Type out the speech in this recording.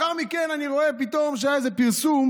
לאחר מכן אני רואה פתאום שהיה איזה פרסום